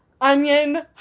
Onion